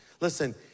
Listen